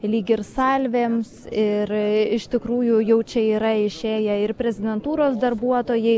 lyg ir salvėms ir iš tikrųjų jau čia yra išėję ir prezidentūros darbuotojai